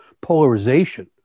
polarization